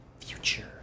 Future